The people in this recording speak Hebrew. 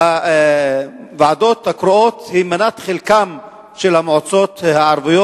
שהוועדות הקרואות הן מנת חלקן של המועצות הערביות.